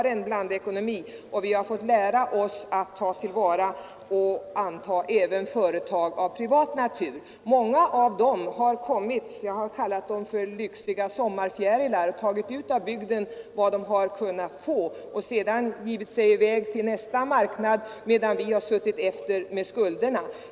Vi har en blandekonomi, och vi har fått lära oss att ta till vara även privata företag. Många av dem har kommit som — jag har uttryckt det så — lyxiga fjärilar som tagit ut av bygden vad den kunnat ge. Sedan har de givit sig i väg till nästa marknad, medan vi har suttit kvar med skulderna.